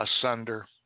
asunder